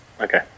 Okay